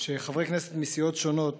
שחברי כנסת מסיעות שונות